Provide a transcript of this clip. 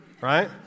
right